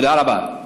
תודה רבה.